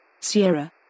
Sierra